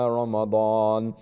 Ramadan